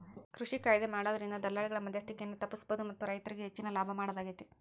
ಕೃಷಿ ಕಾಯ್ದೆ ಜಾರಿಮಾಡೋದ್ರಿಂದ ದಲ್ಲಾಳಿಗಳ ಮದ್ಯಸ್ತಿಕೆಯನ್ನ ತಪ್ಪಸಬೋದು ಮತ್ತ ರೈತರಿಗೆ ಹೆಚ್ಚಿನ ಲಾಭ ಮಾಡೋದಾಗೇತಿ